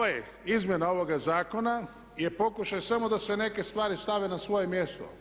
Dakle, izmjene ovoga zakona je pokušaj samo da se neke stvari stave na svoje mjesto.